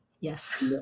Yes